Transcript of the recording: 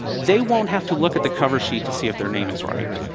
they won't have to look at the cover sheet to see if their name is right.